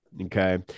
Okay